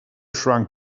shrunk